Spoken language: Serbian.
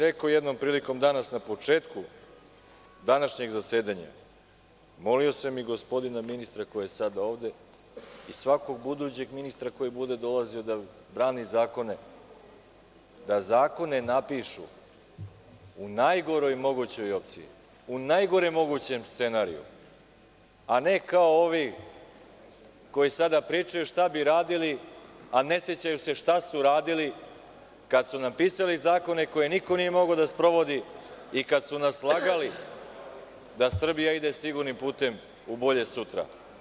Rekao sam jednom prilikom danas na početku današnjeg zasedanja, molio sam i gospodina ministra koji je sada ovde i svakog budućeg ministra koji bude dolazio da brani zakone, da zakone napišu u najgoroj mogućoj opciji, u najgorem mogućem scenariju, a ne kao ovi koji sada pričaju šta bi radili, a ne sećaju se šta su radili kada su napisali zakone koje niko nije mogao da sprovodi i kad su nas lagali da Srbija ide sigurnim putem u bolje sutra.